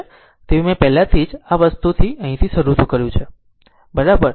તેથી મેં પહેલા આ પ્રકારની વસ્તુ થી શરૂ કર્યું બરાબર